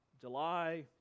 July